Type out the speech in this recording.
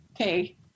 okay